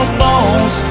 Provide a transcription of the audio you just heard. bones